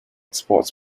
sports